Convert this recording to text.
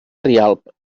rialp